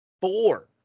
Four